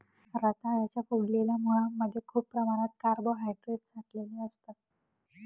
रताळ्याच्या फुगलेल्या मुळांमध्ये खूप प्रमाणात कार्बोहायड्रेट साठलेलं असतं